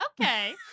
Okay